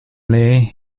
lee